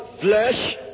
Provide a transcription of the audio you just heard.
flesh